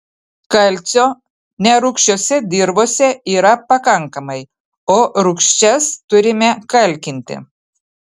kalcio nerūgščiose dirvose yra pakankamai o rūgščias turime kalkinti